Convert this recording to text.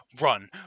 run